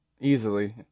easily